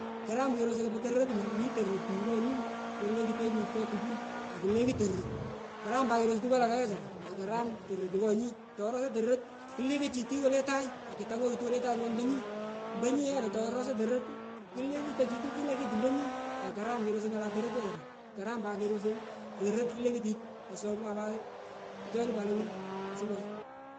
Karam kerosoi kopo tororot lo mi tororot yi ngonyi kuleku tech nyu ngo tukun akulekut torot karam pat kepei tuku oh kayatanyu akuikut torot ngonyi torosanyi torot kulekutitu woletahg ombo nyi akutangoy woletang ombonyi ombo nyieno torosanyi torot uu kulekutochitu kila kitu mbonyi akaram kerosoi ngala torot wechara karam pat kerosoi torot kulekutit osoma puchoni pat lowur kusomot oooh.